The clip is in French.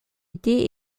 été